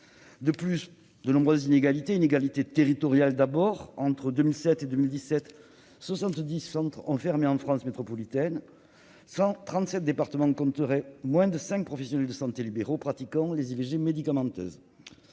en outre de nombreuses inégalités. Il s'agit d'abord d'inégalités territoriales. Entre 2007 et 2017, 70 centres ont fermé en France métropolitaine. Ainsi, 37 départements compteraient moins de 5 professionnels de santé libéraux pratiquant les IVG médicamenteuses.